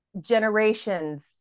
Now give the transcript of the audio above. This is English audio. generations